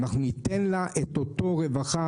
אנחנו ניתן לה את אותה רווחה,